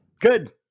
Good